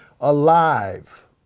alive